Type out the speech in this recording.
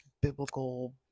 biblical